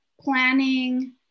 planning